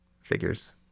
figures